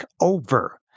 over